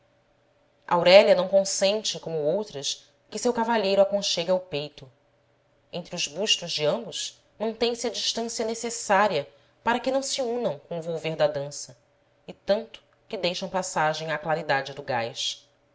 aurélia não consente como outras que seu cavalheiro a conchegue ao peito entre os bustos de ambos mantém se a distância necessária para que não se unam com o volver da dança e tanto que deixam passagem à claridade do gás